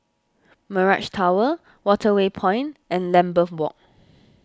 Mirage Tower Waterway Point and Lambeth Walk